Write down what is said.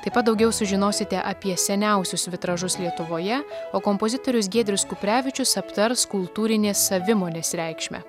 taip pat daugiau sužinosite apie seniausius vitražus lietuvoje o kompozitorius giedrius kuprevičius aptars kultūrinės savimonės reikšmę